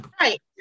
Right